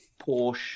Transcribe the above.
porsche